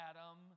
Adam